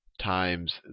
times